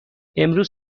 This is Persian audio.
امروز